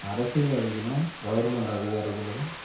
அரசியல்வாதிகளும் கவுர்மெண்ட் அதிகாரிகளும்